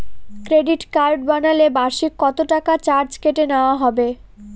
Credit card বানালে বার্ষিক কত টাকা চার্জ কেটে নেওয়া হবে?